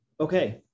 Okay